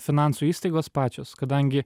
finansų įstaigos pačios kadangi